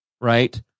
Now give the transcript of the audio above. Right